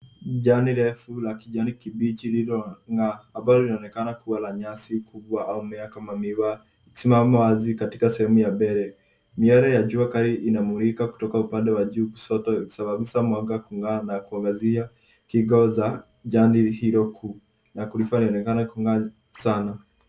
Jani refu la kijani kibichi lililong'aa ambalo linaonekana kuwa la nyasi kubwa au mmea kama miwa ikisimama wazi katika sehemu ya mbele. Miale ya jua kali inamulika kutoka upande wa juu kushoto ikisababisha mwanga kung'aa na kuangazia kingo za jani hilo na kulifanaya lionekane kung'aa sana.